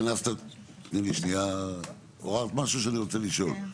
תני לי שנייה עוררת משהו שאני רוצה לשאול,